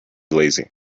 lazy